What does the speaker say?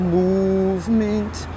movement